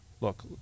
look